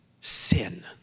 sin